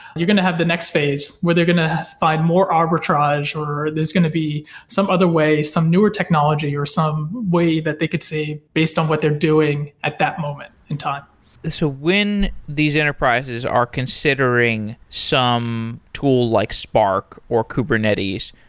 you're going to have the next phase where they're going to find more arbitrage, or there's going to be some other ways, some newer technology, or some way that they could see based on what they're doing at that moment in time when these enterprises are considering some tool like spark, or kubernetes,